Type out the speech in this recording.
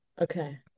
okay